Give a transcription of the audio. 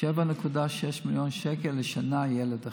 7.6 מיליון שקל לשנה, ילד אחד.